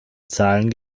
zahlen